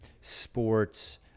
sports